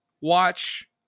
watch